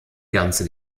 ganze